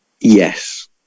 Yes